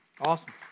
Awesome